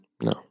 No